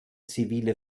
zivile